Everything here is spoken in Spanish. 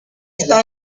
está